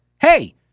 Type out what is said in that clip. hey